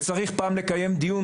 וצריך פעם לקיים דיון,